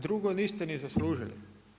Drugo niste ni zaslužili.